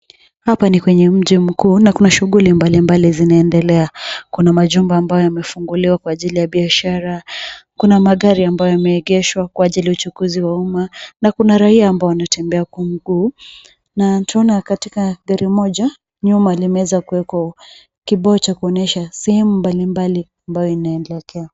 Hapa ni kwenye mji mkuu na kuna shughuli mbalimbali zinaendelea. Kuna majumba ambayo yamefunguliwa Kwa ajili ya biashara, kuna magari ambayo yameegeshwa Kwa ajili ya uchukuzi wa umma na kuna raia ambao wanatembea kwa mguu, na twaona katika gari moja, nyuma limeweza kuwekwa kibao cha kuonyesha sehemu mbalimbali ambayo inaelekea.